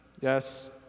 Yes